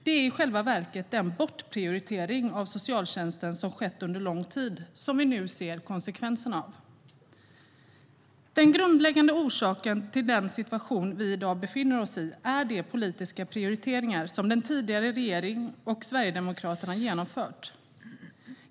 Det är i själva verket den bortprioritering av socialtjänsten som skett under lång tid som vi nu ser konsekvenserna av. Den grundläggande orsaken till den situation vi i dag befinner oss i är de politiska prioriteringar som den tidigare regeringen och Sverigedemokraterna genomfört.